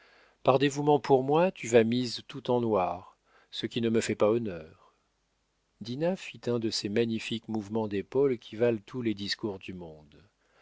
par dévouement pour moi tu vas mise tout en noir ce qui ne me fait pas honneur dinah fit un de ces magnifiques mouvements d'épaule qui valent tous les discours du monde